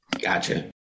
Gotcha